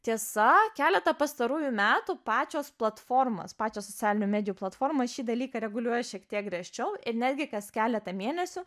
tiesa keletą pastarųjų metų pačios platformos pačios socialinių medijų platformos šį dalyką reguliuoja šiek tiek griežčiau ir netgi kas keletą mėnesių